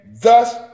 Thus